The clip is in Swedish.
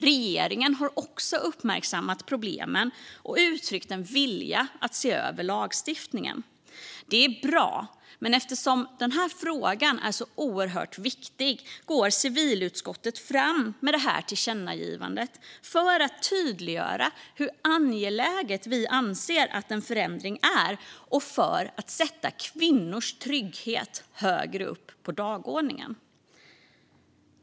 Regeringen har också uppmärksammat problemen och uttryckt en vilja att se över lagstiftningen. Det är bra. Men eftersom frågan är så oerhört viktig går civilutskottet fram med det här förslaget till tillkännagivande för att tydliggöra hur angelägen vi anser att en förändring är och för att sätta kvinnors trygghet högre upp på dagordningen.